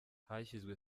hashyizwe